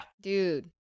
Dude